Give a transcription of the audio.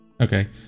Okay